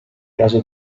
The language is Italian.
caso